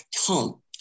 home